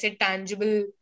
tangible